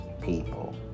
people